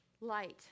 light